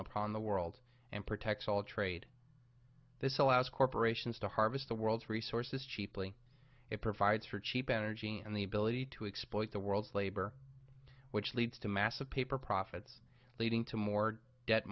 pran the world and protects all trade this allows corporations to harvest the world's resources cheaply it provides for cheap energy and the ability to exploit the world's labor which leads to massive paper profits leading to more